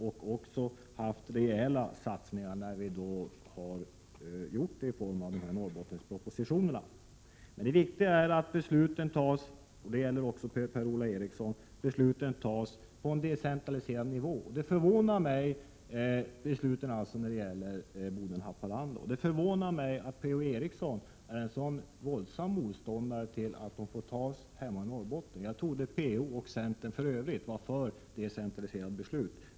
Vi har gjort rejäla satsningar i form av de förslag som ingår i Norrbottenspropositionen. Det viktiga är att besluten när det gäller bandelen Boden-Haparanda fattas på en decentraliserad nivå. Det förvånar mig att Per-Ola Eriksson gör så våldsamt motstånd mot att besluten får fattas hemma i Norrbotten. Jag trodde att Per-Ola Eriksson och centern i övrigt var för ett decentraliserat beslutsfattande.